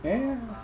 ya